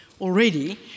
already